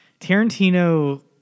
Tarantino